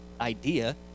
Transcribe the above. idea